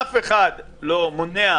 אף אחד לא מונע,